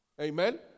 Amen